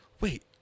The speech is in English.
wait